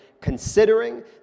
considering